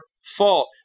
fault